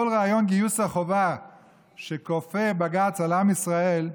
כל רעיון גיוס החובה שכופה בג"ץ על עם ישראל,